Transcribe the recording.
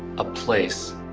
a place,